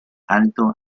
alto